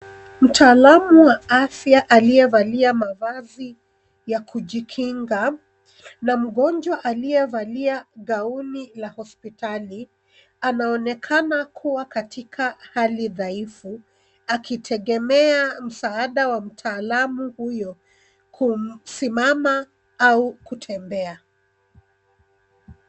Mtaalamu wa afya aliyevalia mavazi ya kujikinga na mgonjwa aliyevalia gauni ya hospitali anaonekana kua katika hali dhaifu akitegemea msaada wa mtalamu huyo kusimama au kutembea.